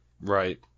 Right